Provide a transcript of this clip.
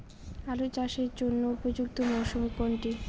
আলু চাষের জন্য উপযুক্ত মরশুম কোনটি?